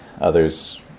Others